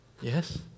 yes